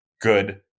good